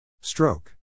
Stroke